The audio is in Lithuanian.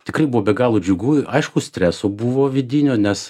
tikrai buvo be galo džiugu aišku streso buvo vidinio nes